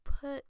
put